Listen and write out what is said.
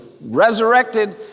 resurrected